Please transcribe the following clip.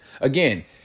Again